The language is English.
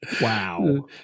Wow